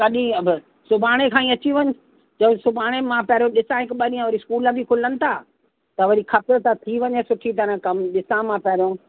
कॾहिं अब सुभाणे खां ई अची वञु छो सुभाणे मां पहिरियों ॾिसां हिकु ॿ ॾींहं वरी स्कूल बी खुलनि था त वरी खपे त थी वञे सुठी तरह कम ॾिसां मां पहिरों